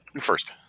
first